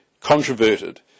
controverted